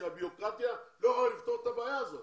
שהבירוקרטיה לא יכולה לפתור את הבעיה הזאת.